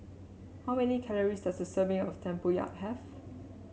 how many calories does a serving of Tempoyak have